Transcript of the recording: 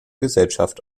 gesellschaft